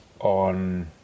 on